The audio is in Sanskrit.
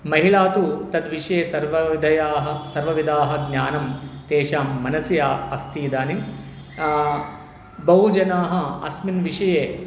महिला तु तद्विषये सर्वतयाः सर्वविधाः ज्ञानं तेषां मनसि अस्ति इदानीं बहु जनाः अस्मिन् विषये